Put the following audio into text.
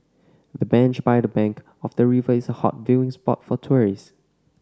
the bench by the bank of the river is a hot view spot for tourist